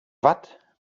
watt